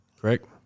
correct